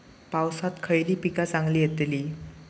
पावसात खयली पीका चांगली येतली?